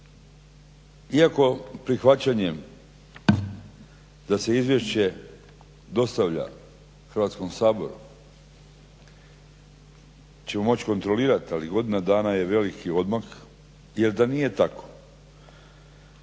iako prihvaćanjem da se izvješće dostavlja Hrvatskom saboru ćemo moći kontrolirati, ali godina dana je veliki odmak jer da nije tako